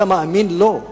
אתה מאמין לו?